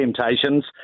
temptations